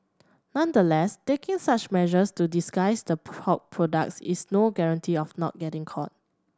nonetheless taking such measures to disguise the pork products is no guarantee of not getting caught